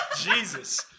Jesus